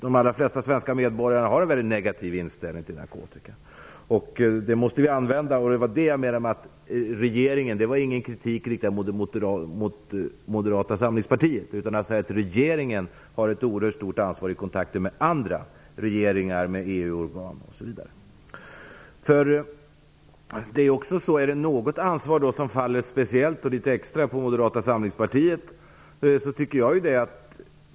De allra flesta svenska medborgare har en mycket negativ inställning till narkotika, och det måste vi använda. Det jag sade om regeringen var inte någon kritik riktad mot Moderata samlingspartiet. Regeringen har ett oerhört stort ansvar i kontakten med andra regeringar, med EU-organ, osv. Är det något ansvar som faller litet extra på Moderata samlingspartiet är det detta.